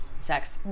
sex